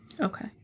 Okay